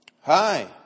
Hi